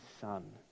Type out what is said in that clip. Son